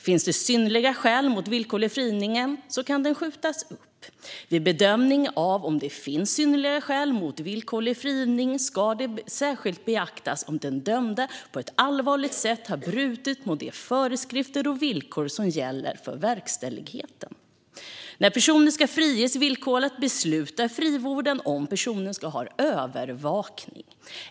Finns det synnerliga skäl mot villkorlig frigivning kan den skjutas upp. Vid bedömning av om det finns synnerliga skäl mot villkorlig frigivning ska det särskilt beaktas om den dömde på ett allvarligt sätt har brutit mot de föreskrifter och villkor som gäller för verkställigheten. När personen ska friges villkorligt beslutar frivården om huruvida personen ska ha övervakning.